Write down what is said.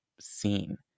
seen